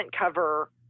cover